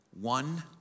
one